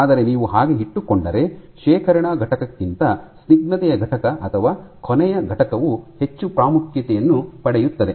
ಆದರೆ ನೀವು ಹಾಗೆ ಇಟ್ಟುಕೊಂಡರೆ ಶೇಖರಣಾ ಘಟಕಕ್ಕಿಂತ ಸ್ನಿಗ್ಧತೆಯ ಘಟಕ ಅಥವಾ ಕೊನೆಯ ಘಟಕವು ಹೆಚ್ಚು ಪ್ರಾಮುಖ್ಯತೆಯನ್ನು ಪಡೆಯುತ್ತದೆ